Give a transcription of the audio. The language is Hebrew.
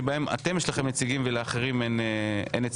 שבהן לכם יש נציגים ולכם אין נציגים.